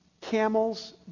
camels